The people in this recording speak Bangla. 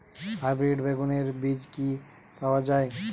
হাইব্রিড বেগুনের বীজ কি পাওয়া য়ায়?